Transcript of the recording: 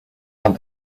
and